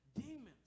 Demons